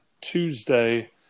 Tuesday